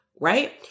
right